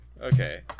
Okay